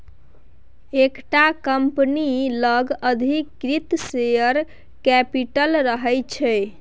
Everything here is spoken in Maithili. एकटा कंपनी लग अधिकृत शेयर कैपिटल रहय छै